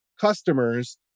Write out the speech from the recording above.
customers